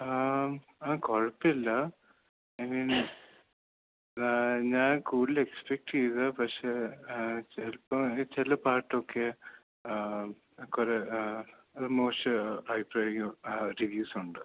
ആ കുഴപ്പമില്ല I mean ആ ഞാൻ കൂടുതൽ എക്സ്പെക്റ്റ് ചെയ്തതാണ് പക്ഷേ ചിലപ്പം അത് ചില ഭാഗത്തൊക്കെ കുറേ ആ അത് മോശം അഭിപ്രായവും ആ റീവ്യൂസും ഉണ്ട്